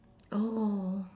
oh